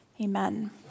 Amen